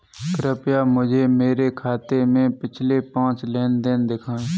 कृपया मुझे मेरे खाते से पिछले पाँच लेन देन दिखाएं